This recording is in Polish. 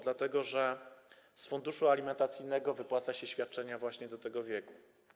Dlatego że z funduszu alimentacyjnego wypłaca się świadczenia właśnie do tego wieku.